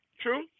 True